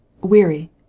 weary